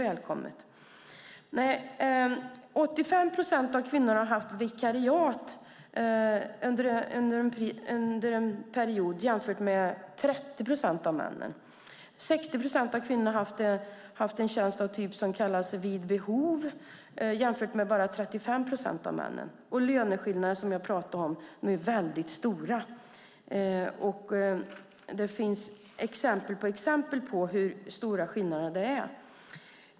Under en period har 85 procent av kvinnorna haft vikariat, jämfört med 30 procent av männen. 60 procent av kvinnorna har haft en typ av tjänst som kallas "vid behov", jämfört med bara 35 procent av männen. Som jag sade är löneskillnaderna stora. Det finns flera exempel på hur stora skillnaderna är.